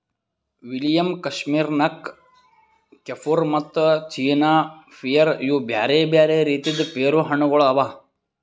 William, Kashmir Nak, Kieffer ಮತ್ತ China pear ಇವು ಬ್ಯಾರೆ ಬ್ಯಾರೆ ರೀತಿದ್ ಪೇರು ಹಣ್ಣ ಗೊಳ್ ಅವಾ